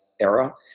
era